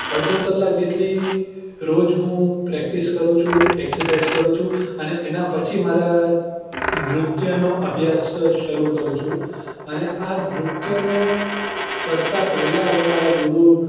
અડધો કલાક જેટલી રોજ હું પ્રેક્ટિસ કરું છું એક્સસઈજ કરું છું અને એના પછી મારા નૃત્યનો અભ્યાસ શરૂ કરું છું અને આ નૃત્યને કરતાં પહેલાં હું મારા ગુરુ